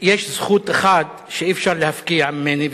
יש זכות אחת שאי-אפשר להפקיע ממני,